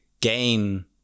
gain